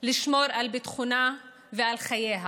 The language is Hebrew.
נכשלו בשמירה על ביטחונה ועל חייה